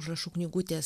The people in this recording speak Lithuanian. užrašų knygutės